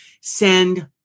Send